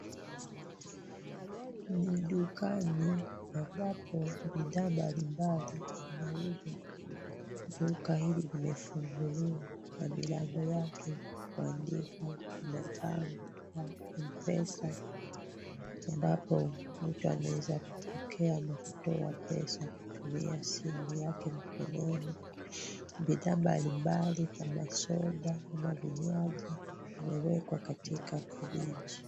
Ni dukani ambapo, bidhaa mbalimbali zinauzwa. Duka hili limefunguliwa na bidhaa zake kuandikwa kwa mabango ya M-Pesa ambapo mtu anaweza kupokea na kutoa pesa kutumia simu yake ya mkononi. Bidhaa mbalimbali kama soda na vinywaji, vimewekwa katika friji.